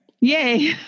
Yay